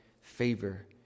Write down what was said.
favor